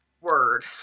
Word